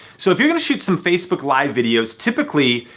so if you're gonna shoot some facebook live videos, typically,